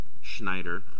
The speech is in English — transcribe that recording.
Schneider